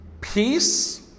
peace